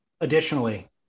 additionally